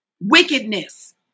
wickedness